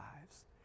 lives